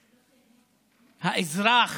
האזרח,